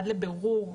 עד לבירור,